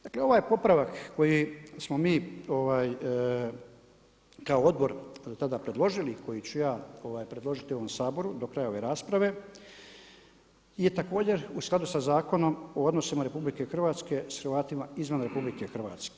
Dakle ovo je popravak koji smo mi kao odbor tada predložili i koji ću ja predložiti ovom Saboru do kraja ove rasprave je također u skladu sa zakonom o odnosima RH s Hrvatima izvan RH.